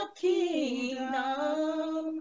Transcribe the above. kingdom